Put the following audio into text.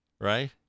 right